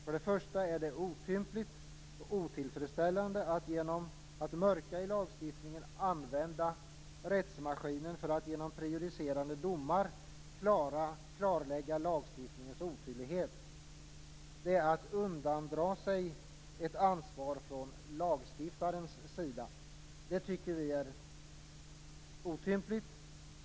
För det första är det otympligt och otillfredsställande att genom att mörka i lagstiftningen använda rättsmaskinen för att genom prejudicerande domar klarlägga lagstiftarens otydlighet. Det är att undandra sig ett ansvar från lagstiftarens sida. Det tycker vi är otympligt.